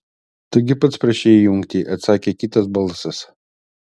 tu gi pats prašei įjungti atsakė kitas balsas